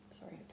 Sorry